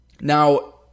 Now